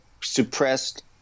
suppressed